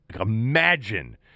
imagine –